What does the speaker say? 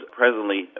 presently